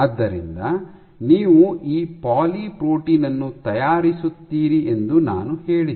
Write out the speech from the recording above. ಆದ್ದರಿಂದ ನೀವು ಈ ಪಾಲಿ ಪ್ರೋಟೀನ್ ಅನ್ನು ತಯಾರಿಸುತ್ತೀರಿ ಎಂದು ನಾನು ಹೇಳಿದೆ